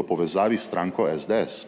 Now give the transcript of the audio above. v povezavi s stranko SDS.